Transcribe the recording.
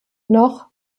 noch